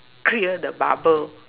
clear the bubble